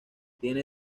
tiene